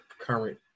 current